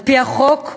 על-פי החוק,